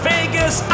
Vegas